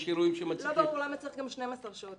יש אירועים שמצריכים --- לא ברור למה צריך גם 12 שעות,